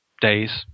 days